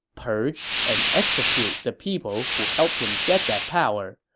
purge, and execute the people who helped him get that power.